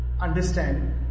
understand